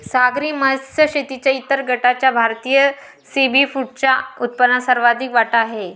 सागरी मत्स्य शेतीच्या इतर गटाचा भारतीय सीफूडच्या उत्पन्नात सर्वाधिक वाटा आहे